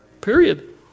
Period